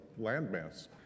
landmass